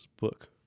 book